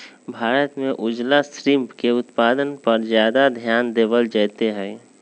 भारत में उजला श्रिम्फ के उत्पादन पर ज्यादा ध्यान देवल जयते हई